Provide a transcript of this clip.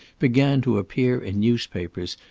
began to appear in newspapers,